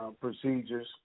procedures